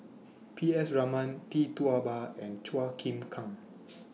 P S Raman Tee Tua Ba and Chua Chim Kang